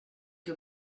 que